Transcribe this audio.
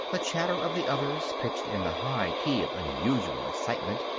the chatter of the others, pitched in the high key of unusual excitement,